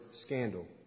scandal